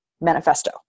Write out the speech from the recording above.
manifesto